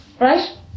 right